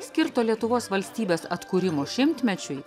skirto lietuvos valstybės atkūrimo šimtmečiui